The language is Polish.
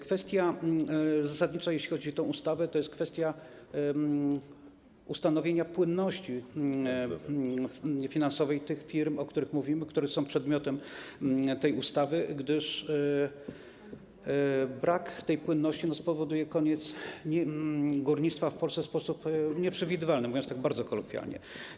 Kwestia zasadnicza, jeżeli chodzi o tę ustawę, to kwestia ustanowienia płynności finansowej tych firm, o których mówimy, które są przedmiotem tej ustawy, gdyż brak płynności spowoduje koniec górnictwa w sposób nieprzewidywalny, mówiąc tak bardzo kolokwialnie.